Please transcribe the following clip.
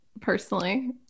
personally